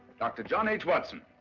dr. john h. watson.